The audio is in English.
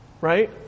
right